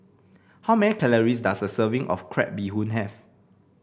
how many calories does a serving of Crab Bee Hoon have